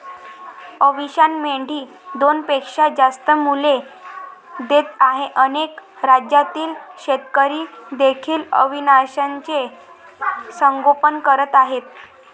अविशान मेंढी दोनपेक्षा जास्त मुले देत आहे अनेक राज्यातील शेतकरी देखील अविशानचे संगोपन करत आहेत